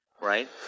right